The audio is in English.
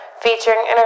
featuring